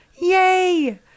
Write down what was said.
Yay